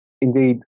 indeed